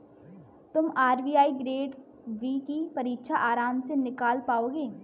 तुम RBI grade B की परीक्षा आराम से निकाल पाओगे